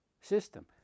system